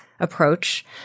approach